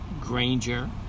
Granger